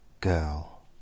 girl